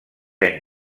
any